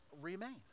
remain